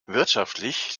wirtschaftlich